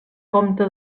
compte